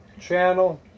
channel